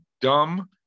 dumb